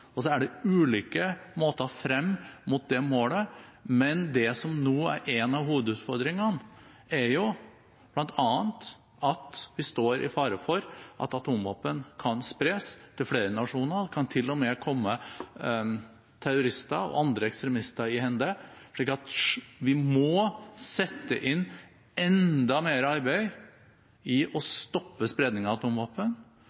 og så er det ulike måter å nå frem til det målet på. Men det som nå er en av hovedutfordringene, er bl.a. at vi står i fare for at atomvåpen kan spres til flere nasjoner, og til og med kan komme terrorister og andre ekstremister i hende. Så vi må sette inn enda mer arbeid for å stoppe